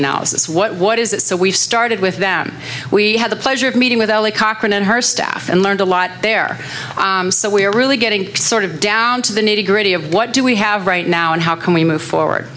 analysis what what is it so we've started with them we had the pleasure of meeting with elie cochrane and her staff and learned a lot there so we're really getting sort of down to the nitty gritty of what do we have right now and how can we move forward